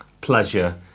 pleasure